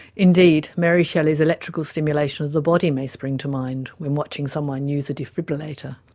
indeed, mary shelley's electrical stimulation of the body may spring to mind when watching someone use a defibrillator.